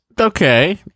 Okay